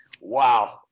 wow